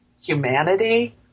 humanity